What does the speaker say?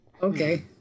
Okay